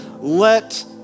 Let